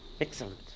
Excellent